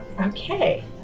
Okay